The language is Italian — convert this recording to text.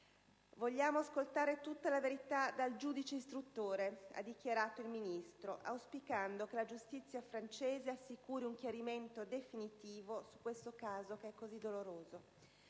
«Vogliamo ascoltare tutta la verità dal giudice istruttore» ha dichiarato il Ministro, auspicando che la giustizia francese assicuri un chiarimento definitivo su questo caso così doloroso.